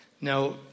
Now